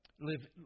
live